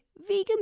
Vegan